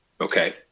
Okay